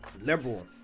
Liberal